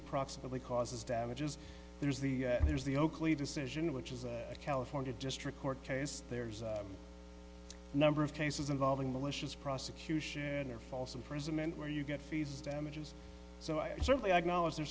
approximately causes damages there's the there's the oakley decision which is a california district court case there's number of cases involving malicious prosecution or false imprisonment where you get fees damages so i certainly acknowledge there